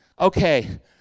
okay